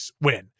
win